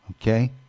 Okay